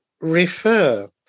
refer